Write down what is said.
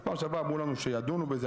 אז בפעם שעברה אמרו לנו שידונו בזה,